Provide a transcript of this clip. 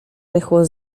rychło